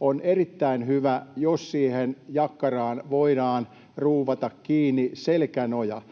on erittäin hyvä, jos siihen jakkaraan voidaan ruuvata kiinni selkänoja.